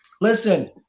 Listen